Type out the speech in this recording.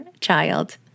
Child